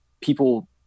people